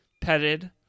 petted